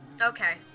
Okay